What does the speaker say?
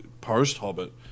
post-Hobbit